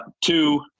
Two